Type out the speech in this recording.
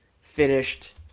finished